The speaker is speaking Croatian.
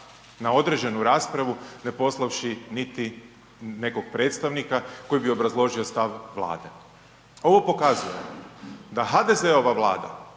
na određenu raspravu ne poslavši niti nekog predstavnika koji bi obrazložio stav Vlade. Ovo pokazuje da HDZ-ova Vlada